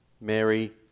Mary